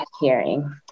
hearing